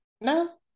no